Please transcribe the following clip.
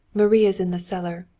marie is in the cellar.